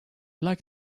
like